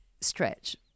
stretch